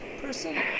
person